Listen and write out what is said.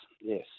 Yes